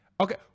Okay